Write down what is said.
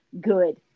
good